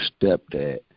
stepdad